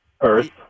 Earth